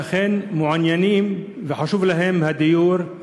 שאכן מעוניינים וחשוב להם הדיור,